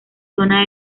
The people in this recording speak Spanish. zona